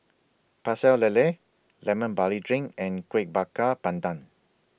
Pecel Lele Lemon Barley Drink and Kueh Bakar Pandan